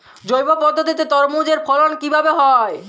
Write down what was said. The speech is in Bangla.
জৈব পদ্ধতিতে তরমুজের ফলন কিভাবে হয়?